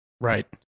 right